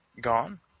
gone